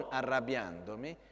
arrabbiandomi